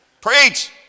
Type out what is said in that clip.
Preach